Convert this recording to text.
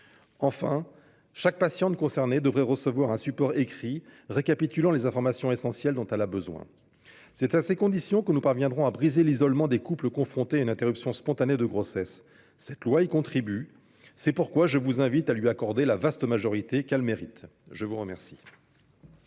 Enfin, chaque patiente concernée devrait recevoir un support écrit récapitulant les informations essentielles dont elle a besoin. C'est à ces conditions que nous parviendrons à briser l'isolement des couples confrontés à une interruption spontanée de grossesse. Cette proposition de loi y contribue, c'est pourquoi je vous invite à lui accorder la vaste majorité qu'elle mérite. La parole